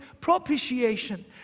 propitiation